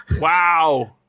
Wow